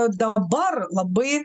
dabar labai